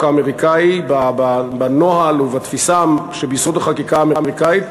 האמריקני בנוהל ובתפיסה שביסוד החקיקה האמריקנית,